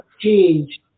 change